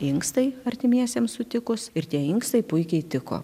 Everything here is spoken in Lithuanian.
inkstai artimiesiems sutikus ir tie inkstai puikiai tiko